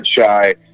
shy